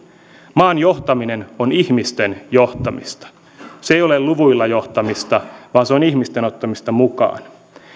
maan johtaminen on ihmisten johtamista se ei ole luvuilla johtamista vaan se on ihmisten ottamista mukaan